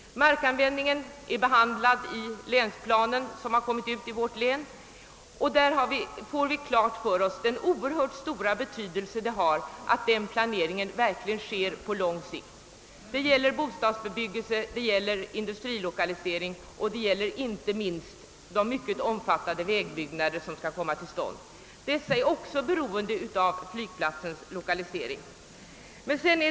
Markanvändningen har behandlats i den länsplan som kommit ut i vårt län. Här klargörs den oerhört stora betydelsen av att planeringen verkligen sker på lång sikt. Det gäller bostadsbebyggelse, industrilokalisering och inte minst de mycket omfattande vägbyggen som skall göras. Allt detta är också beroende av flygplatsens lokalisering.